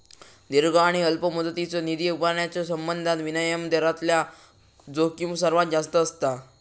दीर्घ आणि अल्प मुदतीचो निधी उभारण्याच्यो संबंधात विनिमय दरातला जोखीम सर्वात जास्त असता